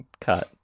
cut